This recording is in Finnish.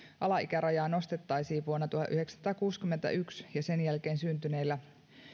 alaikärajaa nostettaisiin vuonna tuhatyhdeksänsataakuusikymmentäyksi ja sen jälkeen syntyneillä